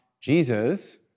Jesus